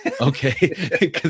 Okay